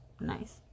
nice